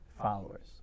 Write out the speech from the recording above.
Followers